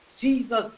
Jesus